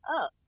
up